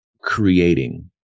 creating